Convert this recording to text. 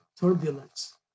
turbulence